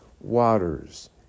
waters